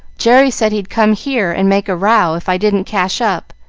jerry said he'd come here and make a row if i didn't cash up.